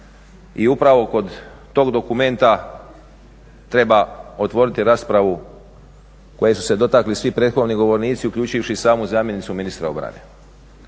I upravo kod tog dokumenta treba otvoriti raspravu koje su se dotakli svi prethodni govornici uključivši i samu zamjenicu ministra obrane.